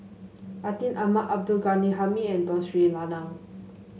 Atin Amat Abdul Ghani Hamid and Tun Sri Lanang